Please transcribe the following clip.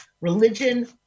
religion